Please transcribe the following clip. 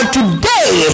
today